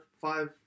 Five